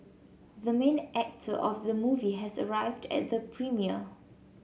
the main actor of the movie has arrived at the premiere